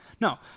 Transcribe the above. No